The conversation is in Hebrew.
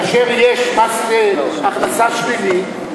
כאשר יש מס הכנסה שלילי,